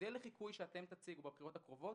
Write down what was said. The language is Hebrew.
המודל לחיקוי שאתם תציגו בבחירות הקרובות,